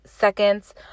seconds